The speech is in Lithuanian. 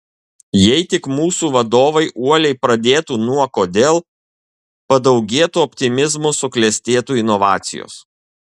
jei tik mūsų vadovai uoliai pradėtų nuo kodėl padaugėtų optimizmo suklestėtų inovacijos